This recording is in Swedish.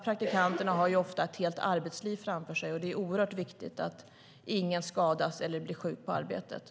Praktikanterna har ofta ett helt arbetsliv framför sig, och det är oerhört viktigt att ingen skadas eller blir sjuk på arbetet.